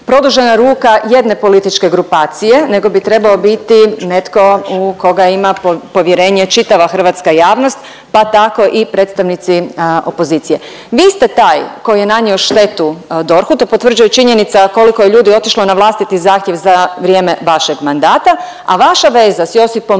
produžena ruka jedna političke grupacije nego bi trebao biti netko u koga ima povjerenje čitava hrvatska javnost, pa tako i predstavnici opozicije. Vi ste taj koji je nanio štetu DORH-u to potvrđuje i činjenica koliko je ljudi otišlo na vlastiti zahtjev za vrijeme vašeg mandata, a vaša veza s Josipom